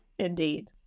Indeed